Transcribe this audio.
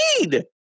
need